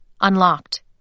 unlocked